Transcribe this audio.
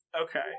Okay